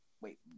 Wait